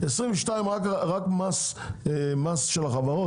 22 רק מס החברות,